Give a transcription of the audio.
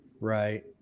Right